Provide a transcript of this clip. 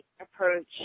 approach